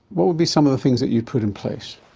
what would be some of the things that you'd put in place?